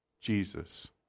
Jesus